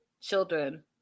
children